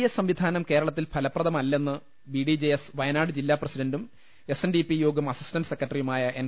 A സംവിധാനം കേരളത്തിൽ ഫലപ്രദമല്ലെന്ന് ബിഡി ജെഎസ് വയനാട് ജില്ലാ പ്രസിഡന്റും എസ്എൻഡിപി യോഗം അസിസ്റ്റന്റ് സെക്രട്ടറിയുമായ എൻ